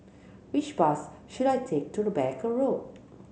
which bus should I take to Rebecca Road